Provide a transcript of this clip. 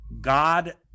God